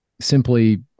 simply